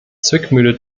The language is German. zwickmühle